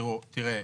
תראה,